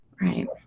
Right